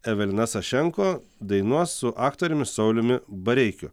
evelina sašenko dainuos su aktoriumi sauliumi bareikiu